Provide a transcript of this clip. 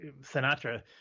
Sinatra